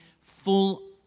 full